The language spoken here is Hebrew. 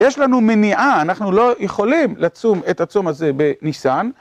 יש לנו מניעה, אנחנו לא יכולים לצום את הצום הזה בניסן.